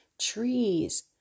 trees